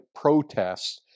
protests